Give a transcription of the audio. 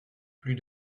plus